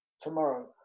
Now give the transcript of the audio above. tomorrow